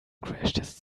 crashtest